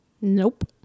Nope